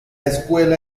escuela